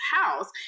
house